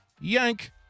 yank